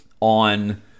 on